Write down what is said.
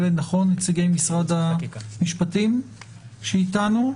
אלה נציגי משרד המשפטים שאיתנו.